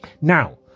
Now